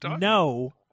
No